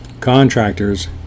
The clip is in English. Contractors